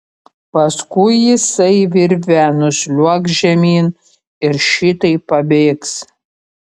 paskui jisai virve nusliuogs žemyn ir šitaip pabėgs